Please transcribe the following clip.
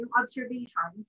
observation